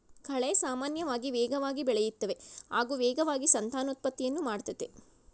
ಕಳೆ ಸಾಮಾನ್ಯವಾಗಿ ವೇಗವಾಗಿ ಬೆಳೆಯುತ್ತವೆ ಹಾಗೂ ವೇಗವಾಗಿ ಸಂತಾನೋತ್ಪತ್ತಿಯನ್ನು ಮಾಡ್ತದೆ